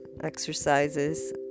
exercises